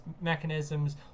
mechanisms